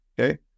Okay